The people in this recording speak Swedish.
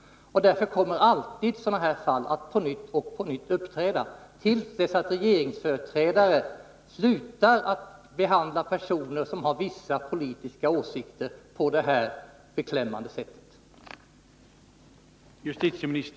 Därför kommer nya fall att dyka upp ända tills regeringens företrädare slutar behandla personer med vissa politiska åsikter på detta beklämmande sätt.